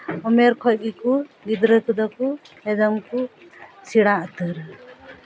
ᱩᱢᱮᱨ ᱠᱷᱚᱡ ᱜᱮᱠᱚ ᱜᱤᱫᱽᱨᱟᱹ ᱠᱚᱫᱚ ᱠᱚ ᱮᱠᱫᱚᱢ ᱠᱚ ᱥᱮᱬᱟ ᱩᱛᱟᱹᱨᱟ